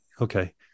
okay